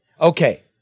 Okay